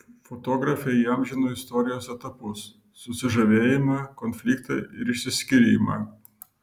fotografė įamžino istorijos etapus susižavėjimą konfliktą ir išsiskyrimą